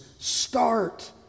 start